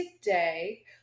today